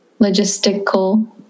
logistical